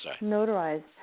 notarized